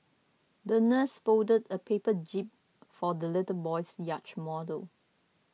the nurse folded a paper jib for the little boy's yacht model